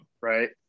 Right